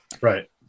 right